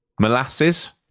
molasses